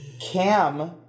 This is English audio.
Cam